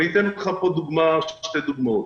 אציג פה שתי דוגמאות.